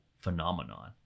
phenomenon